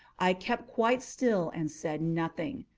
i kept quite still and said nothing.